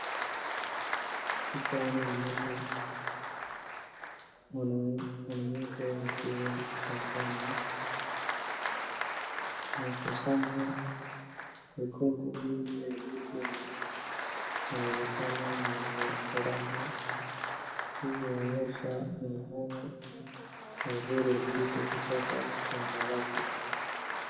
Picha inaonyesha mwanamke akiwa shambani. Amekusanya mikungu mingi ya ndizi na anaonekana mwenye furaha. Hii inaonyesha mavuno mazuri ya ndizi kutoka shambani lake.